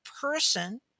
person